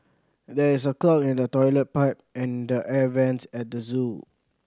there is a clog in the toilet pipe and the air vents at the zoo